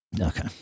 Okay